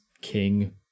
king